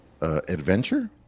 adventure